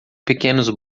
pequenos